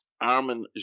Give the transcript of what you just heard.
Armin